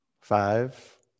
Five